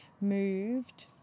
moved